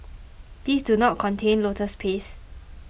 these do not contain lotus paste